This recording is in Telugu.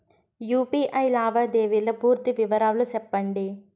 యు.పి.ఐ లావాదేవీల పూర్తి వివరాలు సెప్పండి?